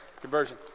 conversion